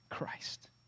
Christ